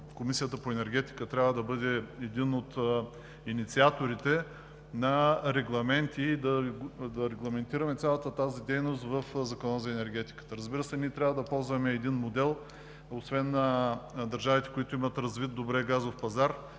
Комисията по енергетика трябва да бъде един от инициаторите да регламентираме цялата тази дейност в Закона за енергетиката. Ние трябва да ползваме един модел – освен на държавите, които имат добре развит газов пазар,